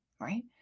right